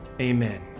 amen